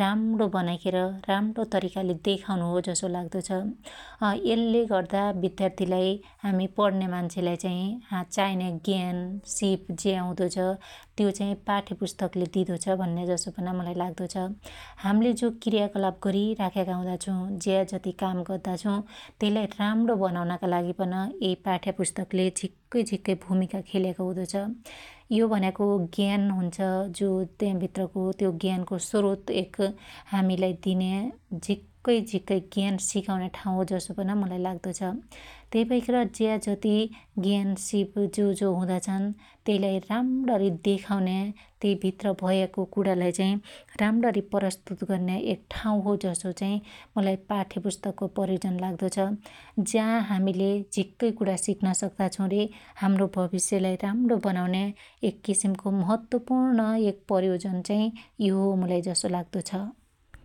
राम्णो बनाईखेर राम्णो तरीकाले देखाउनु हो जसो लाग्दो छ । यल्ले गर्दा बिद्यार्थिलाई हामि पढुन्या मान्छेलाई चाइ चाइन्या ज्ञान, सिप ज्या हुदो छ त्यो चाइ पाठ्यपुस्तकले दिदो छ भन्या जसो पन मुलाई लाग्दो छ । हाम्ले जो क्रियाकलाप गरीराख्याका हुदा छु ,ज्या जति काम गद्दा छु त्यइलाई राम्णो बनाउनाका लागि पन यै पाठ्यापुस्तकले झिक्कै झिक्कै भुमिका खेल्याको हुदो छ । यो भन्याको ज्ञान हुन्छ जो त्या भित्रको त्यो ज्ञानको स्रोत एक हामीलाई दिन्या झिक्कै झिक्कै ज्ञान सिकाउन्या ठाँउ हो जसो पन मुलाई लाग्दो छ । त्यई भैखेर ज्या जती ज्ञान, सिप जोजो हुदा छन् त्यइलाई राम्रणी देखाउन्या त्यईभित्र भयाको कुणालाई चाई राम्रणी प्रस्तुत गर्न्या एक ठाँउ हो जसो चाई मुलाई पाठ्यपुस्तकको प्रयोजन लाग्दो छ । जा हामिले झिक्कै कुणा सिक्न सक्ता छु रे हाम्रो भबिश्यलाई राम्णो बनाउन्या एक किसिमको महत्वपुर्ण एक प्रयोजन चाहि यो हो जसो मुलाई लाग्दो छ ।